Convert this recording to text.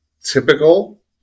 typical